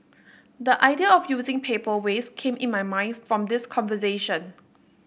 the idea of using paper waste came in my mind from this conversation